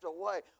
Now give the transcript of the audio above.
away